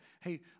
hey